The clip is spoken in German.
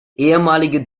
ehemalige